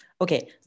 okay